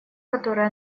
который